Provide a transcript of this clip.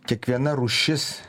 kiekviena rūšis